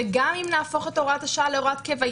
וגם אם נהפוך את הוראת השעה להוראת קבע,